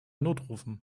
notrufen